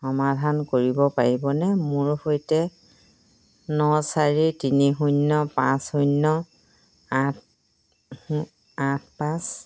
সমাধান কৰিব পাৰিবনে মোৰ সৈতে ন চাৰি তিনি শূন্য পাঁচ শূন্য আঠ আঠ পাঁচ